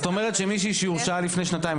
זאת אומרת שמישהי שהורשעה לפני שנתיים,